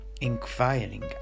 inquiring